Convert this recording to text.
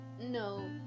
no